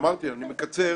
אמרתי, אני מקצר.